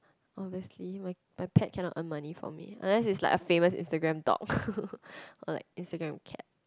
obviously my my pet cannot earn money for me unless it's like a famous Instagram dog or like Instagram cat